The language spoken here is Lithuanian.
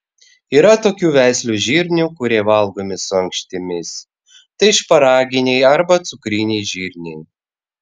yra tokių veislių žirnių kurie valgomi su ankštimis tai šparaginiai arba cukriniai žirniai